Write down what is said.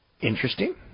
interesting